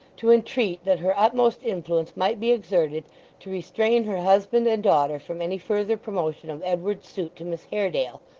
to entreat that her utmost influence might be exerted to restrain her husband and daughter from any further promotion of edward's suit to miss haredale,